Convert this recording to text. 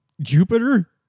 Jupiter